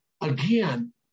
again